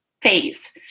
phase